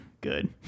Good